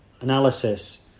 analysis